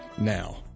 now